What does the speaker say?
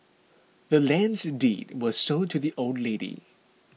the land's deed was sold to the old lady